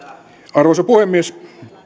arvoisa puhemies